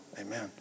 Amen